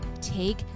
take